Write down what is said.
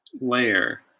Layer